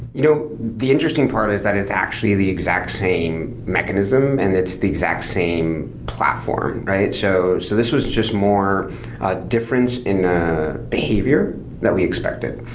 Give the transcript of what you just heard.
you know the interesting part is that is actually the exact same mechanism and it's the exact same platform, right? so so this was just more a difference in behavior that we expected.